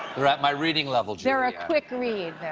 they're at my reading level. they're a quick read,